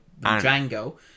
Django